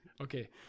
Okay